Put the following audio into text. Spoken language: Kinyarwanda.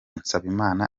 nsabimana